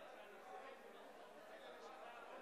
18:35.)